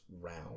round